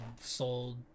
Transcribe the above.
sold